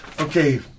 okay